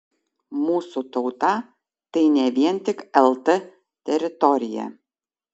mūsų tauta tai ne vien tik lt teritorija